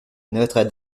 notre